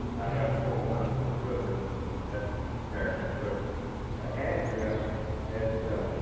i have four wonderful children from that marriage but andrea has ah